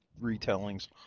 retellings